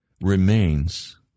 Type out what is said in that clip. remains